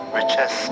riches